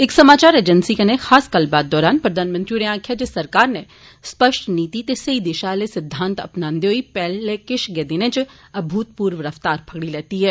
इस समाचार एजेंसी कन्नै खास गल्लबात दौरान प्रधानमंत्री होरें आक्खेआ जे सरकार नै स्पष्ट नीति ते सेई दिशा आले सिद्धांत अपनांदे होई पैहले किश गे दिनें इच अभूतपूर्व रफ्तार फगड़ी ऐ